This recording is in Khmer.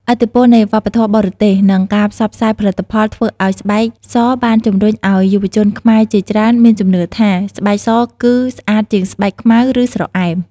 ឥទ្ធិពលនៃវប្បធម៌បរទេស និងការផ្សព្វផ្សាយផលិតផលធ្វើឲ្យស្បែកសបានជំរុញឲ្យយុវជនខ្មែរជាច្រើនមានជំនឿថា ស្បែកសគឺស្អាតជាង ស្បែកខ្មៅ ឬស្រអែម។